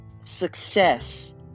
success